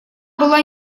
была